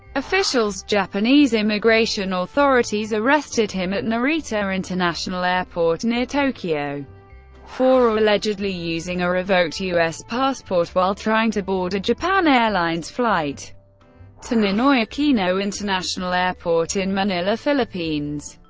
officials, japanese immigration authorities arrested him at narita international airport near tokyo for allegedly using a revoked u s. passport while trying to board a japan airlines flight to ninoy aquino international airport in manila, philippines.